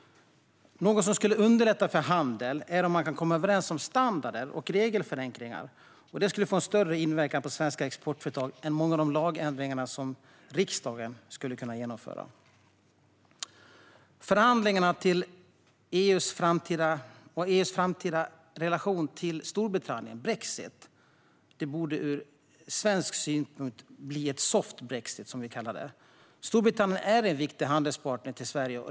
Något som skulle underlätta för handel är om man kan komma överens om standarder och regelförenklingar. Det skulle få en större inverkan på svenska exportföretag än många av de lagändringar som riksdagen skulle kunna genomföra. Förhandlingarna om EU:s framtida relation till Storbritannien borde ur svensk synpunkt leda till en soft brexit, som vi kallar det. Storbritannien är en viktig handelspartner till Sverige.